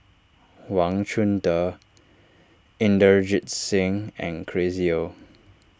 Wang Chunde Inderjit Singh and Chris Yeo